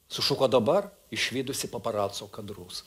sušuko dabar išvydusi paparaco kadrus